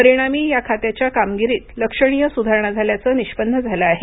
परिणामी या खात्याच्या कामगिरीत लक्षणीय सुधारणा झाल्याचं निष्पन्न झालं आहे